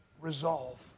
resolve